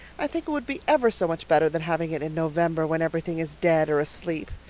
i think it would be ever so much better than having it in november when everything is dead or asleep.